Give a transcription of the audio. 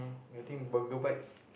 I think Burger Vibes